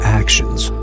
actions